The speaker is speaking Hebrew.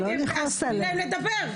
אז תנו להם לדבר.